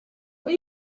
are